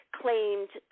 claimed